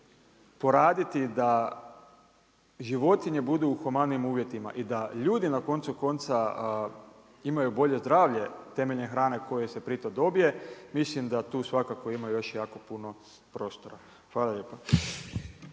poraditi da životinje budu u humanim uvjetima i da ljudi na koncu konca imaju bolje zdravlje temeljem hrane koja se pritom dobije, mislim da tu svakako ima još jako puno prostora. Hvala lijepo.